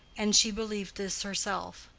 and she believed this herself.